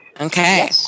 Okay